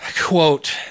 Quote